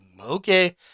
okay